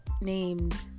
named